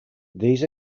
these